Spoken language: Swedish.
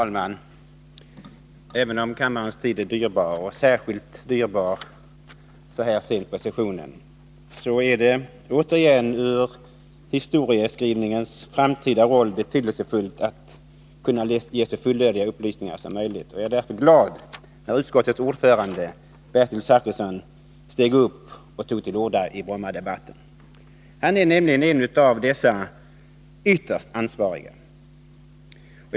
Fru talman! Även om kammarens tid är dyrbar, och särskilt dyrbar så här sent på sessionen, är det, återigen för historieskrivningens skull, betydelsefullt att ge så fullödiga upplysningar som möjligt. Jag blev därför glad när utskottets ordförande Bertil Zachrisson tog till orda i den här debatten. Han är nämligen en av dessa ytterst ansvariga.